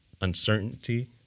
uncertainty